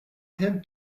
him